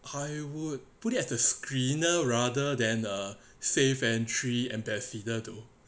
I would put it as a screener rather than a safe entry ambassador to